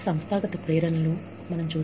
సంస్థాగత ప్రేరణల స్థితి